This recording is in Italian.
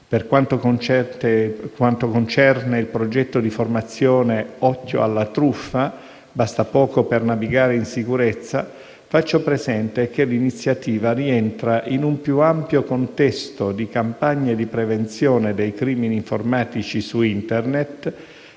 Per quanto concerne il progetto di formazione "Occhio alla truff@: basta poco per navigare in sicurezza", faccio presente che l'iniziativa rientra in un più ampio contesto di campagne di prevenzione dei crimini informatici su Internet,